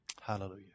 Hallelujah